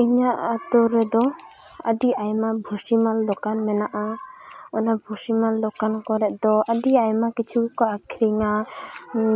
ᱤᱧᱟᱹᱜ ᱟᱹᱛᱩ ᱨᱮᱫᱚ ᱟᱹᱰᱤ ᱟᱭᱢᱟ ᱵᱷᱩᱥᱤᱢᱟᱞ ᱫᱚᱠᱟᱱ ᱢᱮᱱᱟᱜᱼᱟ ᱚᱱᱟ ᱵᱷᱩᱥᱤᱢᱟᱞ ᱫᱚᱠᱟᱱ ᱠᱚᱨᱮᱫ ᱫᱚ ᱟᱹᱰᱤ ᱟᱭᱢᱟ ᱠᱤᱪᱷᱩ ᱜᱮᱠᱚ ᱟᱠᱷᱨᱤᱧᱟ